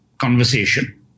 conversation